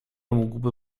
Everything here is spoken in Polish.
mógłby